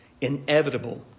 inevitable